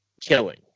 killing